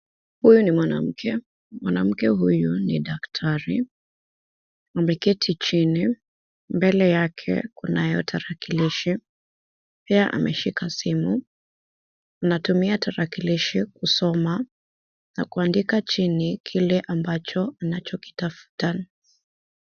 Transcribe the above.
Huyu ni mwanamke. Mwanamke huyu ni daktari, ameketi jini, mbele yake kunayo tarakilishi, pia ameshika simu, anatumia tarakilishi kusoma na kuandika jini kile ambacho kinacho kinatafuta.